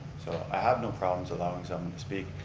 so i have no problems allowing someone to speak.